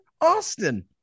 Austin